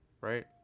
right